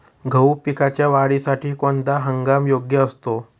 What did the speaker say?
गहू पिकाच्या वाढीसाठी कोणता हंगाम योग्य असतो?